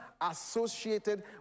associated